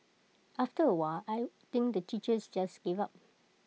after A while I think the teachers just gave up